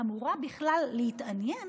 אמורה בכלל להתעניין